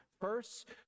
First